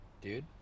dude